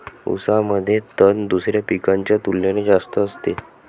ऊसामध्ये तण दुसऱ्या पिकांच्या तुलनेने जास्त असते